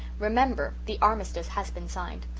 remember, the armistice has been signed.